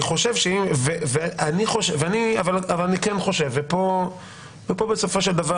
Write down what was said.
אבל אני כן חושב ופה בסופו של דבר